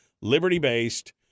liberty-based